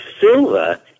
silver